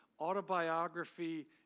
Autobiography